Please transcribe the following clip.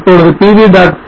இப்போது pv